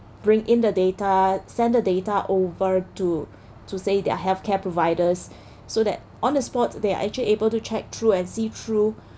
bring in the data send the data over to to say their healthcare providers so that on the spot they are actually able to check through and see through